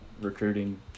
recruiting